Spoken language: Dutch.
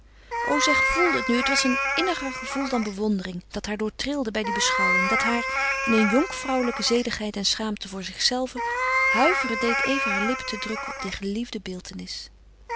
o zij gevoelde het nu het was een inniger gevoel dan bewondering dat haar doortrilde bij die beschouwing dat haar in een jonkvrouwelijke zedigheid en schaamte voor zichzelve huiveren deed even haar lippen te drukken op die geliefde